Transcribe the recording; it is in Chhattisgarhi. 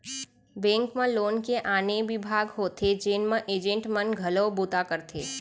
बेंक म लोन के आने बिभाग होथे जेन म एजेंट मन घलोक बूता करथे